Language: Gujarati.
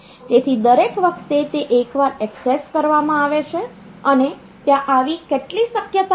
તેથી દરેક વખતે તે એકવાર એક્સેસ કરવામાં આવે છે અને ત્યાં આવી કેટલી શક્યતાઓ છે